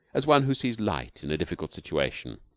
as one who sees light in a difficult situation.